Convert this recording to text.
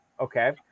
Okay